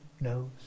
knows